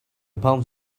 palms